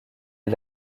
est